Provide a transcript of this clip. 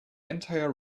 entire